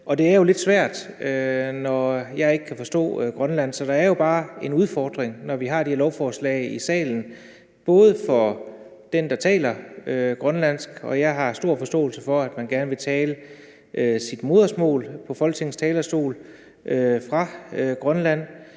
og det er jo lidt svært, når jeg ikke kan forstå grønlandsk. Så der er jo bare en udfordring, når vi har de her lovforslag i salen. Det er der for den, der taler grønlandsk, og jeg har stor forståelse for, at man fra Grønland gerne vil tale sit modersmål på Folketingets talerstol, men man